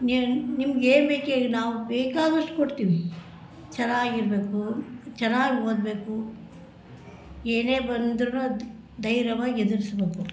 ನಿಮ್ಮ ನಿಮ್ಗೆ ಏನು ಬೇಕು ಹೇಳಿ ನಾವು ಬೇಕಾದಷ್ಟು ಕೊಡ್ತೀವಿ ಚೆನ್ನಾಗಿರ್ಬೇಕು ಚೆನ್ನಾಗಿ ಓದಬೇಕು ಏನೇ ಬಂದ್ರು ಅದು ಧೈರ್ಯವಾಗಿ ಎದುರ್ಸ್ಬೇಕು